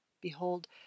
Behold